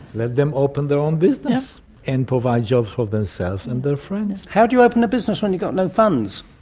let them open their own business and provide jobs for themselves and their friends. how do you open a business when you've got no funds?